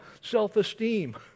self-esteem